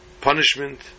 punishment